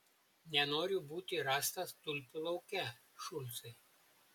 nenoriu būti rastas tulpių lauke šulcai